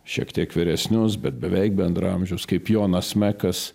šiek tiek vyresnius bet beveik bendraamžius kaip jonas mekas